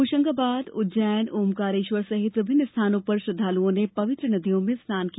होशंगाबाद उज्जैन ओंकारेश्वर सहित विभिन्न स्थानों पर श्रद्वालुओं ने पवित्र नदियों में स्नान किया